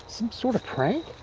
some sort of prank?